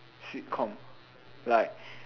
sitcom like